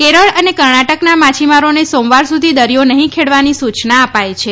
કેરળ અને કર્ણાટકના માછીમારોને સોમવાર સુધી દરિયો નહીં ખેડવાની સૂચના અપાઈ છે